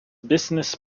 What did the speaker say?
business